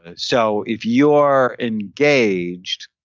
ah so if you're engaged